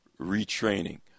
retraining